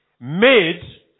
made